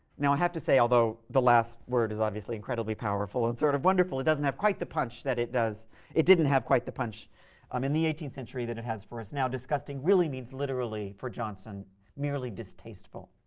now i have to say, although the last word is obviously incredibly powerful and sort of wonderful, it doesn't have quite the punch that it does it didn't have quite the punch um in the eighteenth century that it has for us now. disgusting really means literally for johnson merely distasteful.